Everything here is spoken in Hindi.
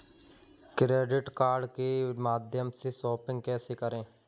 क्रेडिट कार्ड के माध्यम से शॉपिंग कैसे करें?